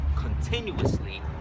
continuously